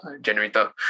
generator